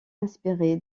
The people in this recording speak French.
inspiré